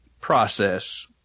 process